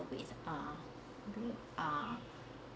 with ah the ah